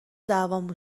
دعوامون